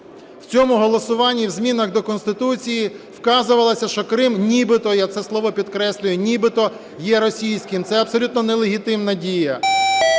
в цьому голосуванні в змінах до Конституції вказувалося, що Крим нібито, я це слово підкреслюю, нібито є російським. Це абсолютно нелегітимна дія.